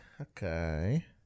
Okay